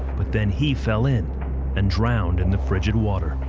but then he fell in and drowned in the frigid water.